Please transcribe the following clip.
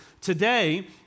today